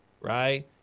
Right